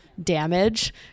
damage